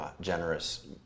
generous